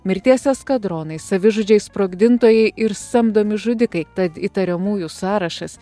mirties eskadronai savižudžiai sprogdintojai ir samdomi žudikai tad įtariamųjų sąrašas